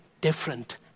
different